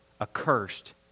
accursed